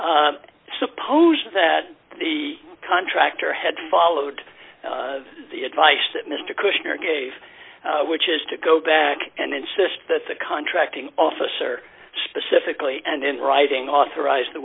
suppose that the contractor had followed the advice that mr kushner gave which is to go back and insist that the contracting officer specifically and in writing authorize t